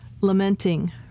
lamenting